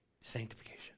sanctification